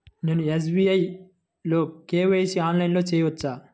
నేను ఎస్.బీ.ఐ లో కే.వై.సి ఆన్లైన్లో చేయవచ్చా?